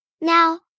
Now